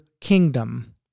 kingdom